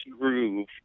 groove